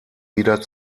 wieder